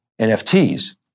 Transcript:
NFTs